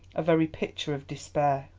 a very picture of despair.